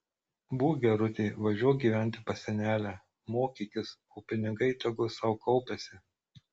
būk gerutė važiuok gyventi pas senelę mokykis o pinigai tegu sau kaupiasi